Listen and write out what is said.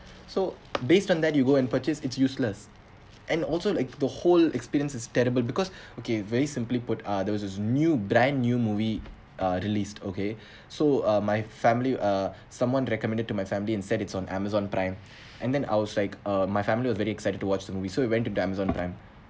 so based on that you go and purchase it's useless and also like the whole experience is terrible because okay very simply put uh there was this new brand new movie uh released okay so uh my family uh someone recommended to my family and said it’s on Amazon prime and then I was like uh my family was very excited to watch the movie so we went to the Amazon prime